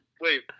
Wait